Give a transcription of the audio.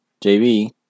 Jv